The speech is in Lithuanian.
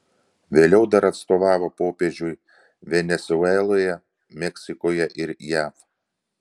vėliau dar atstovavo popiežiui venesueloje meksikoje ir jav